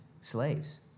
slaves